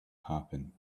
happen